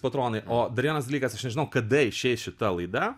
patronai o dar vienas dalykas aš nežinau kada išeis šita laida